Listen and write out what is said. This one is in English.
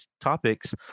topics